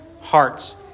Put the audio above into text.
hearts